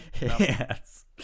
yes